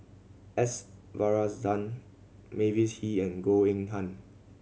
S Varathan Mavis Hee and Goh Eng Han